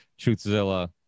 Truthzilla